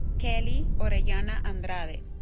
kelly orellana andrade